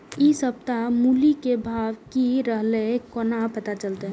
इ सप्ताह मूली के भाव की रहले कोना पता चलते?